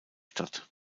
stadt